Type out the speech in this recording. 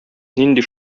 нинди